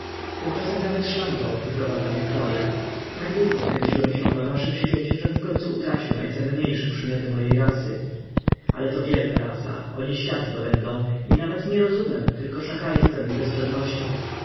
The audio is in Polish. tymczasem nawet szlangbaum wyprowadza mnie w pole tak długo kręciłem się w waszym świecie żem wkońcu utracił najcenniejsze przymioty mojej rasy ale to wielka rasa oni świat zdobędą i nawet nie rozumem tylko szachrajstwem i bezczelnością